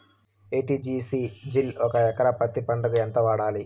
ఎ.టి.జి.సి జిల్ ఒక ఎకరా పత్తి పంటకు ఎంత వాడాలి?